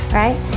right